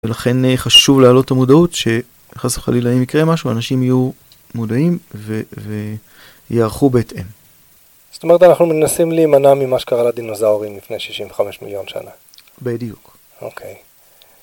ולכן חשוב להעלות את המודעות שחס וחלילה אם יקרה משהו, אנשים יהיו מודעים ויערכו בהתאם. זאת אומרת אנחנו מנסים להימנע ממה שקרה לדינוזאורים לפני 65 מיליון שנה. בדיוק. אוקיי.